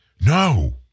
No